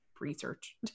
research